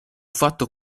fatto